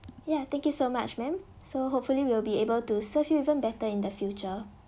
ya thank you so much ma'am so hopefully we'll be able to serve you even better in the future